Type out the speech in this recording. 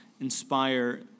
inspire